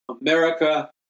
America